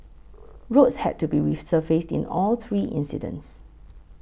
roads had to be resurfaced in all three incidents